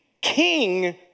king